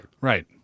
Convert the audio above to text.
Right